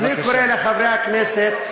אני קורא לחברי הכנסת,